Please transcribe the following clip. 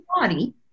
body